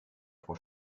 frau